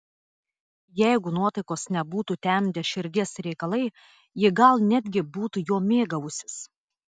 jeigu nuotaikos nebūtų temdę širdies reikalai ji gal netgi būtų juo mėgavusis